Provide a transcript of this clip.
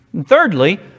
Thirdly